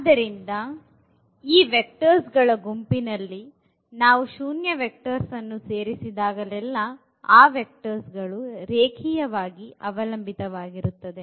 ಆದ್ದರಿಂದ ಈ ವೆಕ್ಟರ್ಸ್ ಗಳ ಗುಂಪಿನಲ್ಲಿ ನಾವು ಶೂನ್ಯ ವೆಕ್ಟರ್ ಅನ್ನು ಸೇರಿಸಿದಾಗಲೆಲ್ಲಾ ಈ ವೆಕ್ಟರ್ಸ್ಗ ಳು ರೇಖೀಯವಾಗಿ ಅವಲಂಬಿತವಾಗಿರುತ್ತದೆ